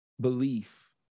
belief